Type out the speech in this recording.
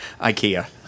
Ikea